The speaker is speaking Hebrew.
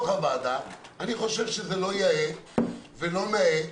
אני חושב שזה לא יאה ולא נאה,